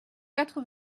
quatre